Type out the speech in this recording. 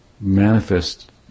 Manifest